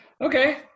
Okay